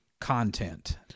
content